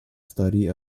study